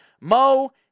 Mo